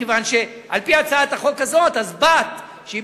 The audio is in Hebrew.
מכיוון שעל-פי הצעת החוק הזאת בת שבאה